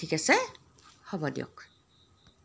ঠিক আছে হ'ব দিয়ক